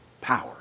power